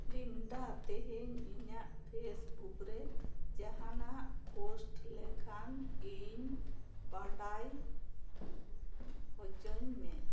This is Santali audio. ᱞᱤᱱᱰᱟ ᱛᱮᱦᱮᱧ ᱤᱧᱟ ᱜ ᱯᱷᱮᱥᱵᱩᱠ ᱨᱮ ᱡᱟᱦᱟᱱᱟᱜ ᱯᱚᱥᱴ ᱞᱮᱠᱷᱟᱱ ᱤᱧ ᱵᱟᱰᱟᱭ ᱦᱚᱪᱚᱧ ᱢᱮ